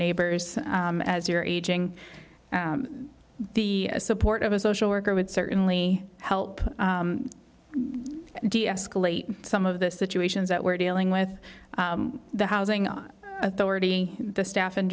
neighbors as your aging the support of a social worker would certainly help deescalate some of the situations that we're dealing with the housing authority the staff in